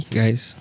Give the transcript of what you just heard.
guys